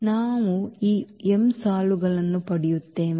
ನಾವು ಈ m ಸಾಲುಗಳನ್ನು ಪಡೆಯುತ್ತೇವೆ